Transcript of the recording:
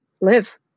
live